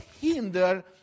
hinder